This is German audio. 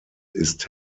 ist